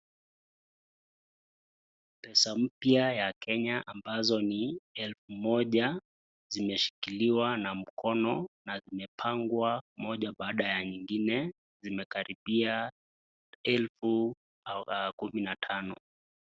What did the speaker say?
Pesa mpya ya Kenya ambazo ni elfu moja zimeshikiliwa na mkono na imepangwa moja baada ya nyingine, zimekaribia elfu kumi na tano.